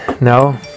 No